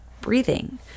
breathing